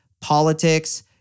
politics